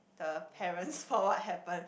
the parents for what happened